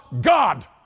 God